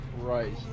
Right